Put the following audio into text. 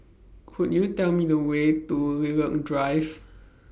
Could YOU Tell Me The Way to Lilac Drive